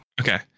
Okay